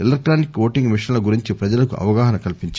electronic voting మిషన్ల గురించి ప్రజలకు అవగామన కల్పించారు